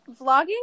vlogging